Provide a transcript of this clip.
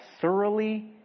thoroughly